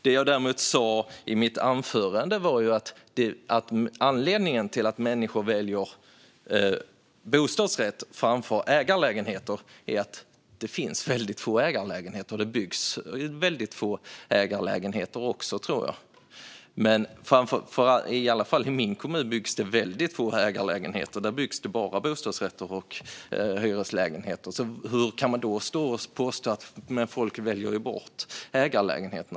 Det jag sa i mitt anförande var att anledningen till att människor väljer bostadsrätt framför ägarlägenhet är att det byggs och finns väldigt få ägarlägenheter. I min hemkommun byggs det inga ägarlägenheter, bara bostadsrätter och hyreslägenheter. Det påstås att folk väljer bort ägarlägenheter.